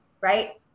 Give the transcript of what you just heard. right